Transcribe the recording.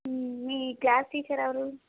మీ class teacher ఎవరు